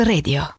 Radio